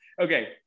Okay